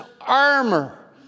armor